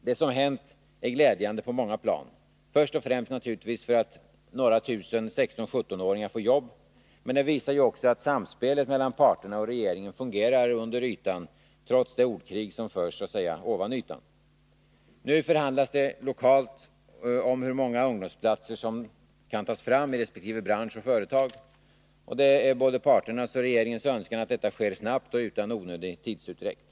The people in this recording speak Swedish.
Det som hänt är glädjande på många plan. Först och främst naturligtvis för att några tusen 16-17-åringar får jobb. Men det visar ju också att samspelet mellan parterna och regeringen fungerar under ytan, trots det ordkrig som förs så att säga ovan ytan. Nu förhandlas det lokalt om hur många ungdomsarbetsplatser som tas fram i resp. branscher och företag. Det är både parternas och regeringens önskan att detta sker snabbt utan onödig tidsutdräkt.